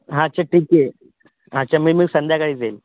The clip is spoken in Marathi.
हां अच्छा ठीक आहे अच्छा मी मग संध्याकाळीच येईल